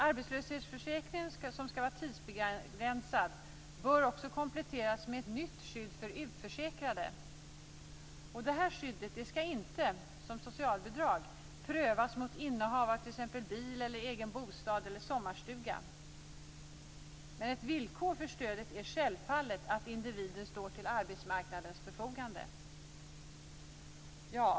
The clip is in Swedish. Arbetslöshetsförsäkringen, som skall vara tidsbegränsad, bör också kompletteras med ett nytt skydd för utförsäkrade. Detta skydd skall inte, som socialbidrag, prövas mot innehav av t.ex. bil, egen bostad eller sommarstuga. Ett villkor för stödet är självfallet att individen står till arbetsmarknadens förfogande.